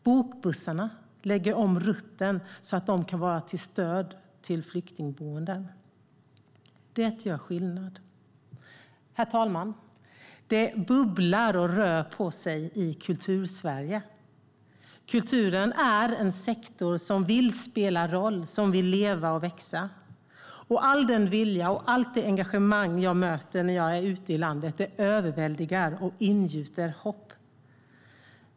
Bokbussarna lägger om rutten så att de kan vara till stöd för flyktingboenden. Det gör skillnad. Herr talman! Det bubblar och rör på sig i Kultursverige. Kulturen är en sektor som vill spela roll och som vill leva och växa. All den vilja och allt det engagemang jag möter när jag är ute i landet överväldigar och ingjuter hopp.